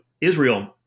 Israel